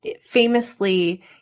famously